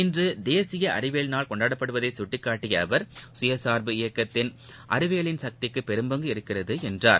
இன்று தேசிய அறிவியல் நாள் கொண்டாடப்படுவதை கட்டிக்காட்டிய அவர் கயசார்பு இயக்கத்தில் அறிவியலின் சக்திக்கு பெரும்பங்கு இருக்கிறது என்றார்